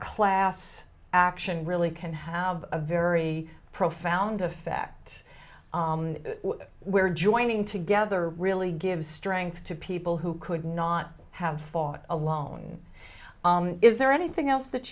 class action really can have a very profound effect where joining together really gives strength to people who could not have fought alone is there anything else that